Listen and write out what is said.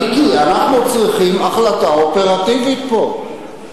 מיקי, אנחנו צריכים החלטה אופרטיבית פה.